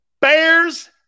Bears